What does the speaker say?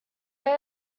they